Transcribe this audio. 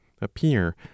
appear